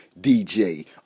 dj